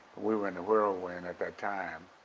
we were in the whirlwind at that time.